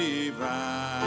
divine